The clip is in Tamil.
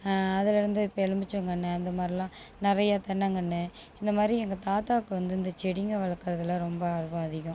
அதுலேருந்து இப்போ எலுமிச்சங்கன்று அந்த மாதிரிலாம் நிறைய தென்னங்கன்று இந்தமாதிரி எங்கள் தாத்தாக்கு வந்து இந்த செடிங்க வளக்கறதில் ரொம்ப ஆர்வம் அதிகம்